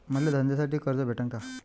मले धंद्यासाठी कर्ज भेटन का?